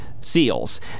Seals